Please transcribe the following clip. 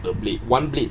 the blade [one] blade